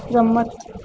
રમત